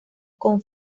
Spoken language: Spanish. con